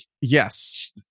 Yes